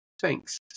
Thanks